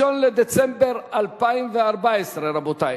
הראשון בדצמבר 2014, רבותי.